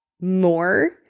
more